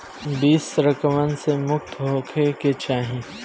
बीज संक्रमण से मुक्त होखे के चाही